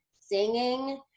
singing